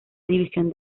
división